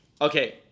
okay